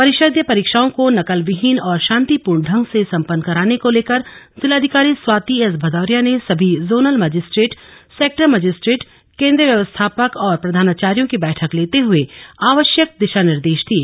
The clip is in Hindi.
परिषदीय परीक्षाओं को नकल विहीन और शांतिपूर्ण ढंग से सपन्न कराने को लेकर जिलाधिकारी स्वाति एस भदौरिया ने सभी जोनल मजिस्ट्रेट सेक्टर मजिस्ट्रेट केन्द्र व्यवस्थापक और प्रधानाचार्यो की बैठक लेते हुए आवश्यक दिशा निर्देश दिए